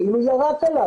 כאילו ירק עליו.